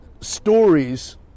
stories